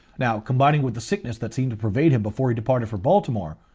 now combining with the sickness that seemed to pervade him before he departed for baltimore,